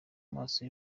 amaso